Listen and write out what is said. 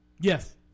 Yes